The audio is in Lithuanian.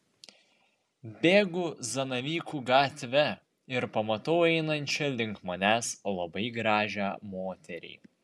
bėgu zanavykų gatve ir pamatau einančią link manęs labai gražią moterį